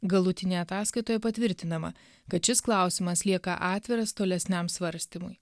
galutinėje ataskaitoje patvirtinama kad šis klausimas lieka atviras tolesniam svarstymui